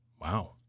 Wow